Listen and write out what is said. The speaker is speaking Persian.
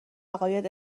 عقاید